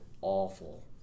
awful